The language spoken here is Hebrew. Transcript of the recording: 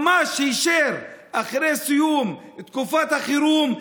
ממש היישר אחרי סיום תקופת החירום,